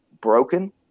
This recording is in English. broken